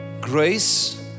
grace